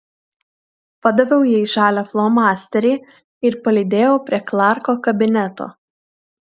padaviau jai žalią flomasterį ir palydėjau prie klarko kabineto